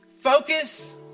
Focus